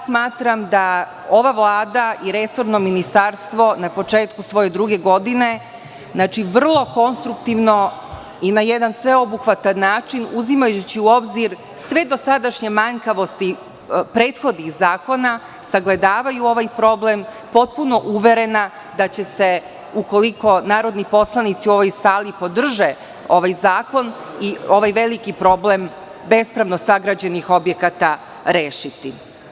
Smatram da ova Vlada i resorno ministarstvo na početku svoje druge godine vrlo konstruktivno i na jedan sveobuhvatan način uzimajući u obzir sve dosadašnje manjkavosti prethodnih zakona, sagledavaju ovaj problem, potpuno uverena da će se, ukoliko narodni poslanici u ovoj sali podrže ovaj zakon i ovaj veliki problem bespravno sagrađenih objekata rešiti.